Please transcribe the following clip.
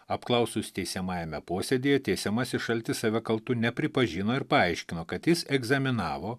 apklausus teisiamajame posėdyje teisiamasis šaltis save kaltu nepripažino ir paaiškino kad jis egzaminavo